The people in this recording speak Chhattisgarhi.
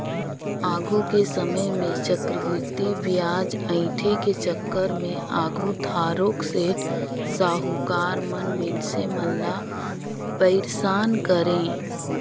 आघु के समे में चक्रबृद्धि बियाज अंइठे के चक्कर में आघु थारोक सेठ, साहुकार मन मइनसे मन ल पइरसान करें